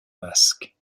masque